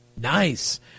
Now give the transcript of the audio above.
nice